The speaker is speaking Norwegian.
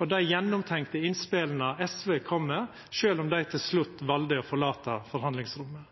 og dei gjennomtenkte innspela SV kom med, sjølv om dei til slutt valde å forlata forhandlingsrommet.